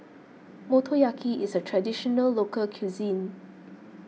Motoyaki is a Traditional Local Cuisine